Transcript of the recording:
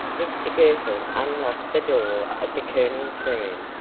mr girtle unlocked the door of the colonel's room,